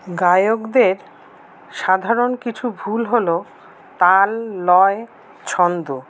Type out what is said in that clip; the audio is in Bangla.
গায়কদের সাধারণ কিছু ভুল হল তাল লয় ছন্দ